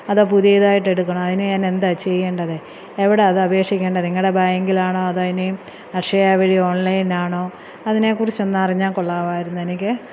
അതോ പുതിയതായിട്ട് എടുക്കണോ അതിന് ഞാൻ എന്താണ് ചെയ്യേണ്ടത് എവിടെയാണ് അത് അപേക്ഷിക്കേണ്ടത് നിങ്ങളുടെ ബാങ്കിലാണോ അതോ ഇനിയും അക്ഷയ വഴി ഓൺലൈൻ ആണോ അതിനെ കുറിച്ചൊന്ന് അറിഞ്ഞാൽ കൊള്ളാമായിരുന്നു എനിക്ക്